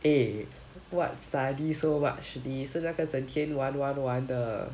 eh what study so much 你是那个整天玩玩玩的